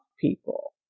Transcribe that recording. people